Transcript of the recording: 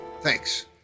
Thanks